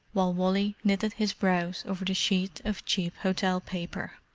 while wally knitted his brows over the sheet of cheap hotel paper.